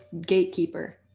gatekeeper